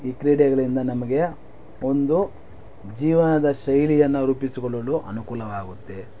ಈ ಕ್ರೀಡೆಗಳಿಂದ ನಮಗೆ ಒಂದು ಜೀವನದ ಶೈಲಿಯನ್ನು ರೂಪಿಸಿಕೊಳ್ಳಲು ಅನುಕೂಲವಾಗುತ್ತೆ